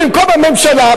במקום הממשלה,